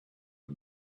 and